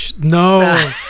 No